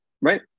Right